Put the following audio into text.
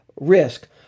risk